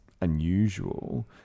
unusual